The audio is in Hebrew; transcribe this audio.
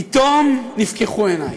פתאום נפקחו עיני,